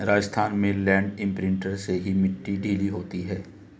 राजस्थान में land imprinter से ही मिट्टी ढीली होती है